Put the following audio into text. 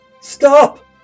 Stop